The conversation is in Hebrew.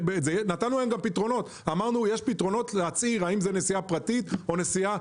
נתנו להם גם פתרונות: להצהיר האם זו נסיעה פרטית או נסיעת